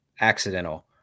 accidental